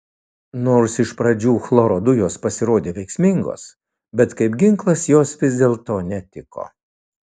nors iš pradžių chloro dujos pasirodė veiksmingos bet kaip ginklas jos vis dėlto netiko